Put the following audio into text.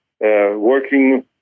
working